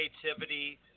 creativity